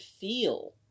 feel